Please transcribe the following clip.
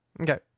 Okay